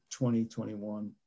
2021